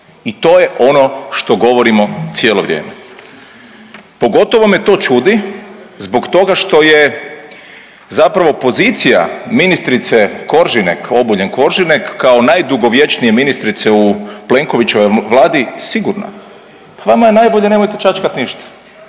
i to je ono što govorimo cijelo vrijeme. Pogotovo me to čudi zbog toga što je zapravo pozicija ministrice Koržinek, Obuljen Koržinek kao najdugovječnije ministrice u Plenkovićevoj Vladi sigurna. Pa vama je najbolje nemojte čačkat ništa,